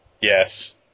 Yes